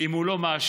אם הוא לא מאשר,